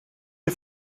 dir